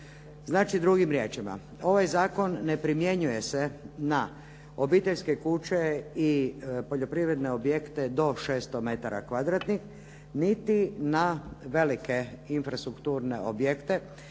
Znači, drugim riječima ovaj zakon ne primjenjuje se na obiteljske kuće i poljoprivredne objekte do 600 metara kvadratnih niti na velike infrastrukturne objekte